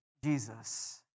Jesus